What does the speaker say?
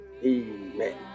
amen